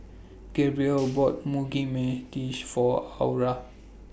Gabrielle bought Mugi For Aura